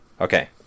Okay